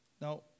Now